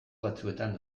batzuetan